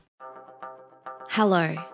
hello